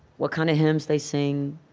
what kind of hymns they sing.